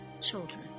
children